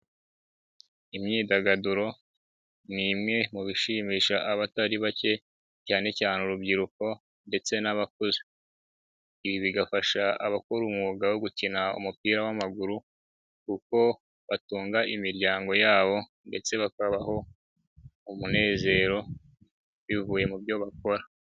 Imyidagaduro ni imwe mu bishimisha abatari bake cyane cyane urubyiruko ndetse n'abakuze. Ibi bifasha abakora umwuga wo gukina umupira w'amaguru kuko batunga imiryango yabo ndetse bakabaho umunezero bivuye mu byo bakora.